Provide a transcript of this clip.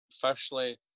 Firstly